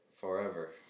forever